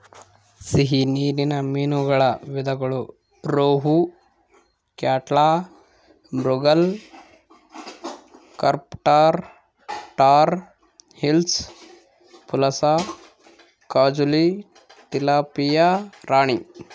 ಸಿಹಿ ನೀರಿನ ಮೀನುಗಳ ವಿಧಗಳು rohu, catla, mrigal, carp tor, tor hilsa, pulasa, ಕಾಜುಲಿ, ಟಿಲಾಪಿಯಾ ರಾಣಿ